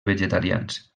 vegetarians